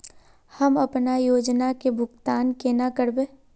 हम अपना योजना के भुगतान केना करबे?